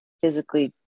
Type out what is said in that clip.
physically